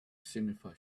signified